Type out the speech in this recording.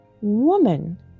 woman